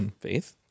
Faith